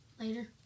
Later